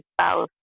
spouse